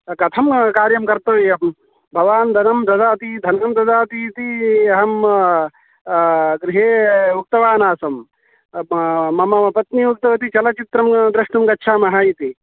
कथं कार्यं कर्तव्यं भवान् धनं ददाति धनं ददातीति अहं गृहे उक्तवानासं मम पत्नी उक्तवती चलच्चित्रं द्रष्टुं गच्छामः इति